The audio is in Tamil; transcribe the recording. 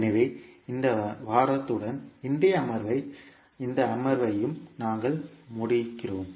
எனவே இந்த வாரத்துடன் இன்றைய அமர்வையும் இந்த அமர்வையும் நாங்கள் மூடுகிறோம்